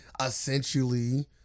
essentially